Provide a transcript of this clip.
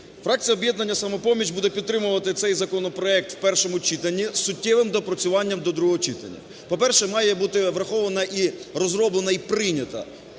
Фракція "Об'єднання "Самопоміч" буде підтримувати цей законопроект в першому читанні із суттєвим доопрацюванням до другого читання. По-перше, має бути врахована і розроблена, і прийнята